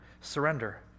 surrender